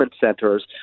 centers